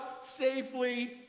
safely